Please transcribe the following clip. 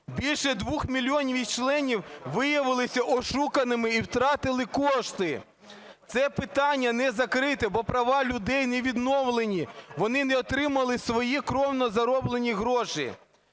більше 2 мільйонів їх членів виявилися ошуканими і втратили кошти. Це питання не закрите, бо права людей не відновлені. Вони не отримали свої кровно зароблені гроші.